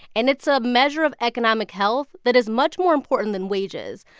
and it's a measure of economic health that is much more important than wages.